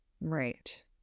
Right